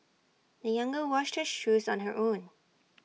the young girl washed her shoes on her own